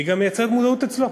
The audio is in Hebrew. וגם מייצרת מודעות אצלו.